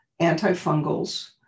antifungals